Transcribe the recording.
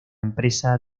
empresa